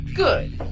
Good